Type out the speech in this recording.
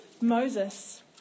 Moses